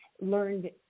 learned